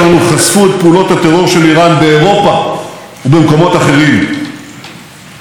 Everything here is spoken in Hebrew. הנחישות שלנו להתמודד עם תוקפנותה של איראן מגובה במעשים.